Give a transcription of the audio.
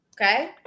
Okay